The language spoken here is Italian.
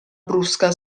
brusca